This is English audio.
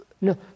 No